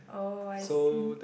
oh I see